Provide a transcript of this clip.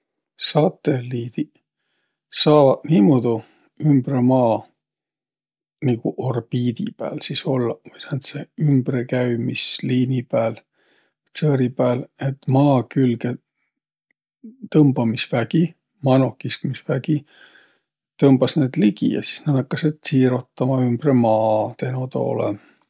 Satõlliidiq saavaq niimuudu ümbre maa nigu orbiidi pääl sis ollaq vai sääntse ümbrekäümisliini pääl, tsõõri pääl, et Maa külge tõmbamisvägi, manoqkiskmisvägi tõmbas näid ligi ja sis nä nakkasõq tsiirotama ümbre maa teno toolõ.